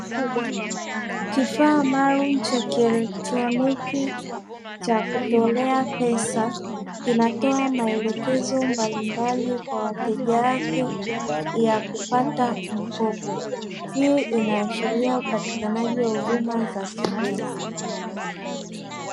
Kifaa maalum cha kielektroniki cha kutelea pesa, linatoa maelekezo mbalimbali kwa wateja wake ya kupata mkopo. Hii inaashiria upatikanaji wa huduma za kifedha.